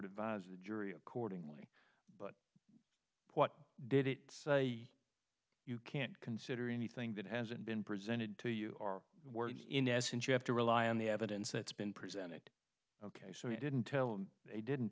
advised the jury accordingly but what did it say you can't consider anything that hasn't been presented to you are words in essence you have to rely on the evidence that's been presented ok so you didn't tell them they didn't